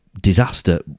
disaster